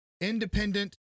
independent